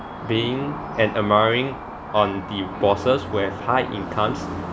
being an admiring on the bosses who have high incomes